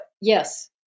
Yes